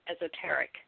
esoteric